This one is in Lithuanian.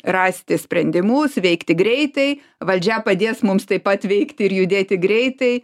rasti sprendimus veikti greitai valdžia padės mums taip pat veikti ir judėti greitai